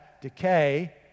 decay